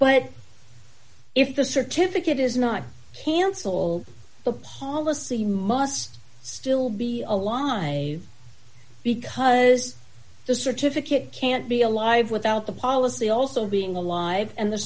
but if the certificate is not cancel the policy must still be a lie because the certificate can't be alive without the policy also being alive and the